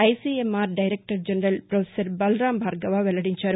ICMR director general professor Balram Bhargava వెల్లడించారు